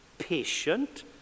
patient